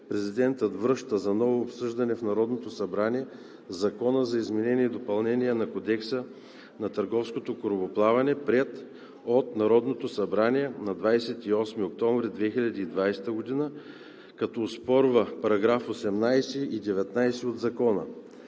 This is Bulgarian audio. президентът връща за ново обсъждане в Народното събрание Закона за изменение и допълнение на Кодекса на търговското корабоплаване, приет от Народното събрание на 28 октомври 2020 г., като оспорва параграфи 18 и 19 от Закона.